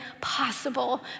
possible